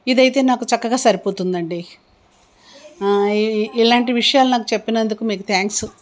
ఇది అయితే నాకు చక్కగా సరిపోతుందండి ఇలాంటి విషయాలు నాకు చెప్పినందుకు మీకు థ్యాంక్స్